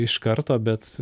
iš karto bet